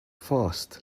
fast